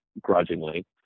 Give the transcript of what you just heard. grudgingly